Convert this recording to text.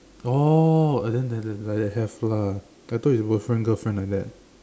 oh then like that that have lah I thought is boyfriend girlfriend like that